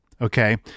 Okay